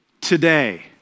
today